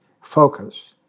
focus